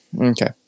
okay